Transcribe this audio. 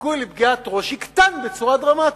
הסיכוי לפגיעת ראש, יקטן בצורה דרמטית.